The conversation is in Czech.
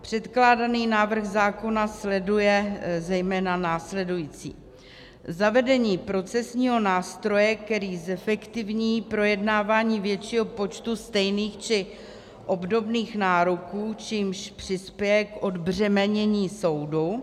Předkládaný návrh zákona sleduje zejména následující: zavedení procesního nástroje, který zefektivní projednávání většího počtu stejných či obdobných nároků, čímž přispěje k odbřemenění soudu.